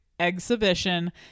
exhibition